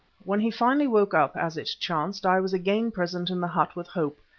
when he finally woke up, as it chanced, i was again present in the hut with hope,